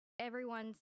everyone's